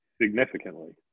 significantly